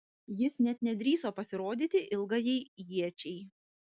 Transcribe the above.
jis net nedrįso pasirodyti ilgajai iečiai